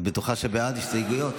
את בטוחה שבעד הסתייגויות?